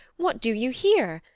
what do you here?